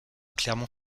clermont